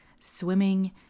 swimming